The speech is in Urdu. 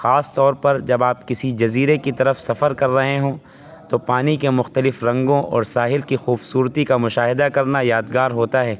خاص طور پر جب آپ کسی جزیرے کی طرف سفرکر رہے ہوں تو پانی کے مختلف رنگوں اور ساحل کی خوبصورتی کا مشاہدہ کرنا یادگار ہوتا ہے